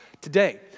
today